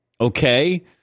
Okay